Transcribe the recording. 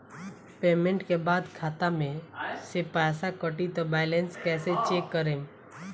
Payment के बाद खाता मे से पैसा कटी त बैलेंस कैसे चेक करेम?